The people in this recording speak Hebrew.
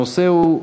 הנושא הוא: